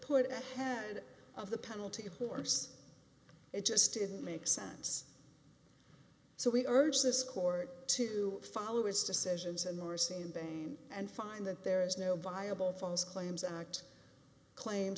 put a head of the penalty of course it just didn't make sense so we urge this court to follow its decisions and marcin pain and find that there is no viable false claims act claim